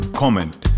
comment